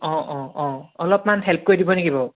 অঁ অঁ অঁ অলপমান হেল্প কৰি দিব নেকি বাৰু